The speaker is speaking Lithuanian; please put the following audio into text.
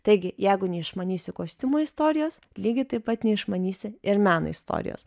taigi jeigu neišmanysi kostiumų istorijos lygiai taip pat neišmanysi ir meno istorijos